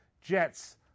Jets